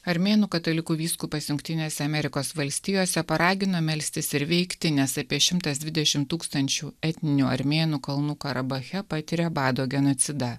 armėnų katalikų vyskupas jungtinėse amerikos valstijose paragino melstis ir veikti nes apie šimtas dvidešim tūkstančių etninių armėnų kalnų karabache patiria bado genocidą